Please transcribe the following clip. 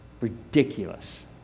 ridiculous